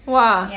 !wah!